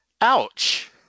Ouch